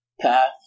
path